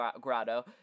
grotto